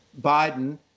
Biden